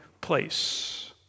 place